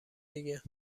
دیگه